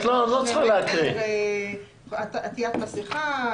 עטיית מסכה.